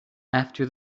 after